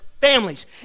families